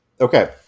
Okay